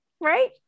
Right